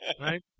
Right